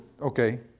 okay